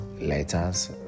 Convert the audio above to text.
letters